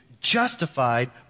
justified